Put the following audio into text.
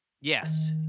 Yes